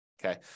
Okay